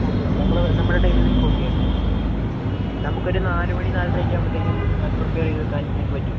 okay നമ്മൾ നമ്മളെ ടൈമിൽ നിങ്ങൾക്ക് ഓക്കെ ആണ് നമുക്കൊരു നാലുമണി നാലരയൊക്കെ ആകുമ്പോഴത്തേക്കും അത് പ്രിപ്പേറ് ചെയ്ത് വെയ്ക്കാൻ നിങ്ങൾക്ക് പറ്റുമോ